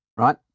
Right